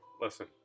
listen